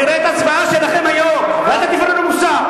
נראה את ההצבעה שלכם היום, ואל תטיפו לנו מוסר.